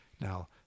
Now